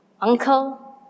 uncle